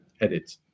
edit